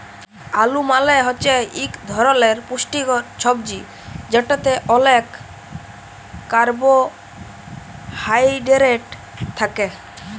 আলু মালে হছে ইক ধরলের পুষ্টিকর ছবজি যেটতে অলেক কারবোহায়ডেরেট থ্যাকে